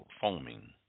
foaming